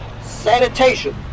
sanitation